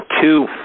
two